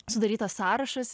sudarytas sąrašas